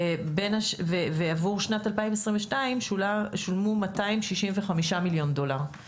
ועבור שנת 2022 שולמו 265 מיליון דולר.